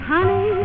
Honey